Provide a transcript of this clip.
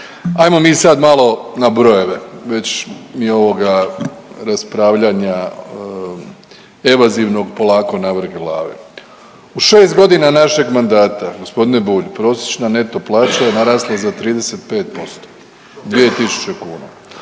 Ajmo mi sad malo na brojeve, već mi je ovoga raspravljanja evazivnog polako navrh glave. U 6.g. našeg mandata g. Bulj prosječna neto plaća je narasla za 35%, 2.000 kuna,